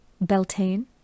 Beltane